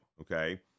Okay